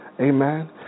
Amen